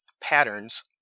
patterns